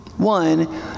One